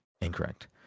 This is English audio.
Incorrect